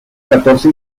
catorce